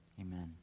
Amen